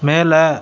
மேலே